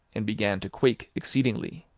and began to quake exceedingly.